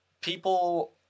people